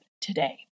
today